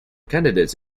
candidates